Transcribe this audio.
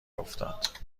افتاد